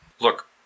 Look